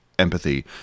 empathy